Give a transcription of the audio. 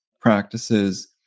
practices